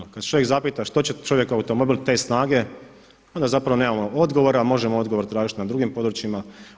Evo kada se čovjek zapita što će čovjeku automobil te snage onda zapravo nemamo odgovora a možemo odgovor tražiti na drugim područjima.